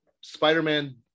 Spider-Man